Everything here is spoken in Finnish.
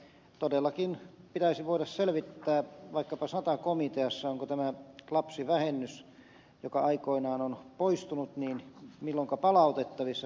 todellakin pitäisi voida selvittää vaikkapa sata komiteassa onko tämä lapsivähennys joka aikoinaan on poistunut milloinka palautettavissa